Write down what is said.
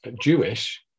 Jewish